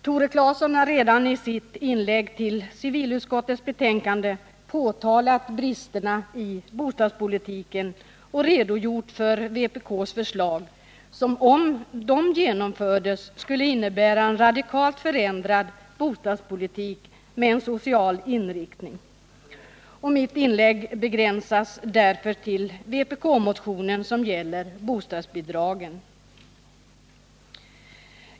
Tore Claeson har redan påtalat bristerna i bostadspolitiken och redogjort för vpk:s förslag som, om det genomfördes, skulle innebära en radikalt förändrad bostadspolitik med en social inriktning. Mitt inlägg begränsas därför till vpk-motionen om bostadsbidragen.